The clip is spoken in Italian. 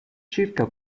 circa